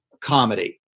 comedy